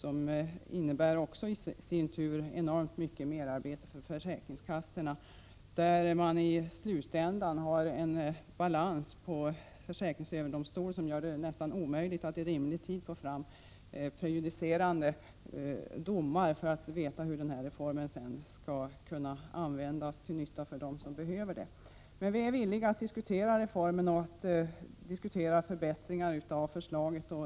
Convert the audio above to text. I sin tur betyder detta att det blir enormt mycket merarbete för försäkringskassorna. I slutänden har man en balans på försäkringsfall som gör det nästan omöjligt att i rimlig tid få fram prejudicerande domar, som visar hur reformen skall användas. Men vi är villiga att diskutera reformen och förbättringar av förslaget.